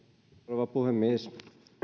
rouva puhemies